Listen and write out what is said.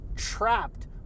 trapped